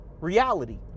reality